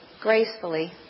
gracefully